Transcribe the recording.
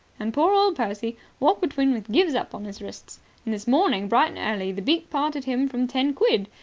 and poor old percy walked between with gyves upon his wrists and this morning, bright and early, the beak parted him from ten quid.